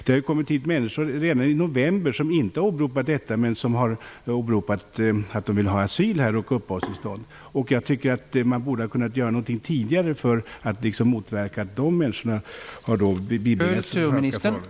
Det kom hit människor redan i november som inte åberopade krigsvägrarstatus men begärde asyl och uppehållstillstånd. Man borde ha kunnat göra någonting tidigare för att motverka att de människorna bibringades uppfattningen att de kunde komma hit.